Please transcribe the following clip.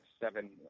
seven